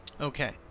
Okay